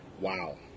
Wow